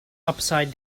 upside